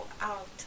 out